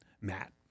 Matt